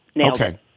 Okay